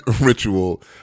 ritual